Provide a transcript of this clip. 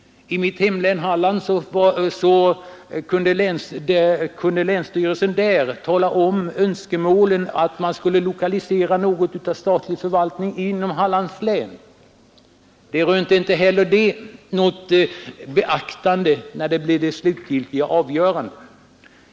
I mitt hemlän har Nr 141 länsstyrelsen också uttalat önskemål om att någon av de statliga Onsdagen den förvaltningarna skulle lokaliseras till Hallands län. Inte heller det förslaget 13ddeenmbör 1972; rönte något beaktande vid det slutliga avgörandet.